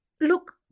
look